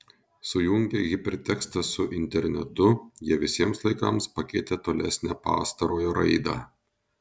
sujungę hipertekstą su internetu jie visiems laikams pakeitė tolesnę pastarojo raidą